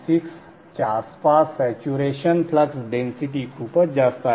6 च्या आसपास saturation flux density खूपच जास्त आहे